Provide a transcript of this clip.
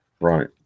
Right